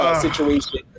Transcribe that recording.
situation